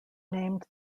named